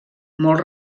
molt